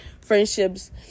friendships